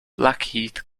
blackheath